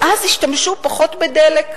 ואז לכאורה ישתמשו פחות בדלק.